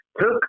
took